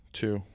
two